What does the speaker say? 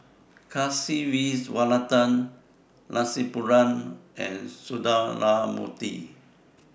Kasiviswanathan Rasipuram and Sundramoorthy